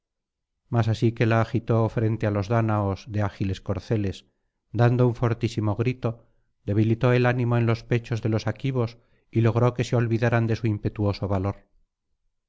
mas así que la agitó frente á los dáñaos de ágiles corceles dando un fortísimo grito debilitó el ánimo en los pechos de los aquivos y logró que se olvidaran de su impetuoso valor